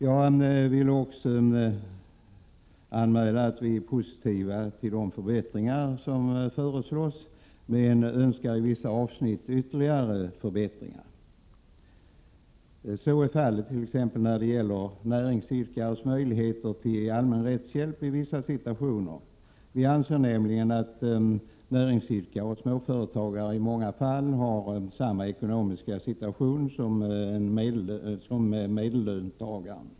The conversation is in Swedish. Jag vill också anmäla att vi är positiva till de förbättringar som föreslås men Önskar i vissa avsnitt ytterligare förbättringar. Så är fallet t.ex. när det gäller näringsidkares möjligheter till allmän rättshjälp i vissa situationer. Vi anser nämligen att näringsidkare och småföretagare i många fall har samma ekonomiska situation som medellöntagaren.